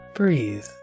breathe